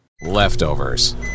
Leftovers